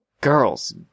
Girls